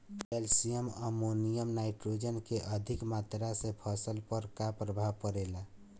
Calcium ammonium nitrate के अधिक मात्रा से फसल पर का प्रभाव परेला?